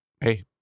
hey